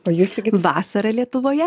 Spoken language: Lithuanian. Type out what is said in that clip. o jūs lyg ir vasarą lietuvoje